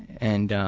and